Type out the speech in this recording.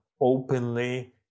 openly